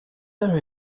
are